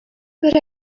but